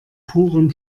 purem